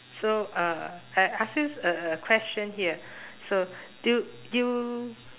so uh I ask you a a question here so do you you